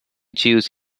choose